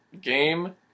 game